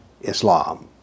Islam